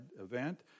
event